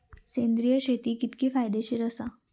सेंद्रिय शेती कितकी फायदेशीर आसा?